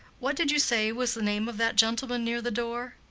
what did you say was the name of that gentleman near the door?